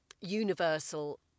universal